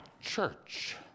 church